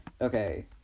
Okay